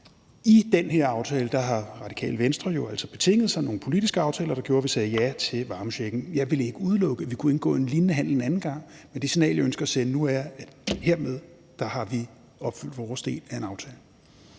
I den her aftale har Radikale Venstre jo altså betinget sig nogle politiske aftaler, der gjorde, at vi sagde ja til varmechecken. Jeg vil ikke udelukke, at vi kunne indgå en lignende handel en anden gang, men det signal, jeg ønsker at sende nu, er, at vi hermed har opfyldt vores del af en aftale.